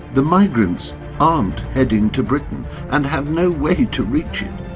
the migrants aren't heading to britain and have no way to reach it.